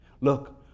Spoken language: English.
Look